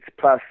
Plus